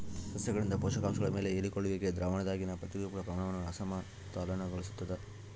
ಸಸ್ಯಗಳಿಂದ ಪೋಷಕಾಂಶಗಳ ಹೀರಿಕೊಳ್ಳುವಿಕೆಯು ದ್ರಾವಣದಾಗಿನ ಪ್ರತಿರೂಪಗಳ ಪ್ರಮಾಣವನ್ನು ಅಸಮತೋಲನಗೊಳಿಸ್ತದ